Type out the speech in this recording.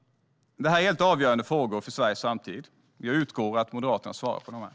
Det här är helt avgörande frågor för Sveriges framtid. Jag utgår från att Moderaterna svarar på dem.